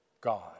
God